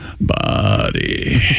body